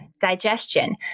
digestion